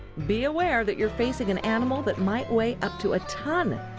be aware that you're facing an animal that might weigh up to a ton.